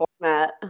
format